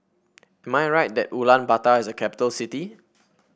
am I right that Ulaanbaatar is a capital city